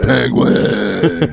Penguin